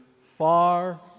far